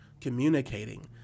communicating